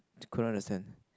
couldn't understand